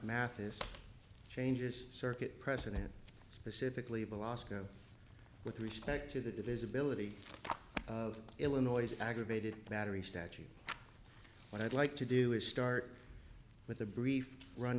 mathis changes circuit precedent specifically velocity with respect to the divisibility of illinois aggravated battery statute what i'd like to do is start with a brief run